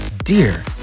Dear